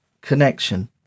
connection